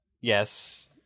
Yes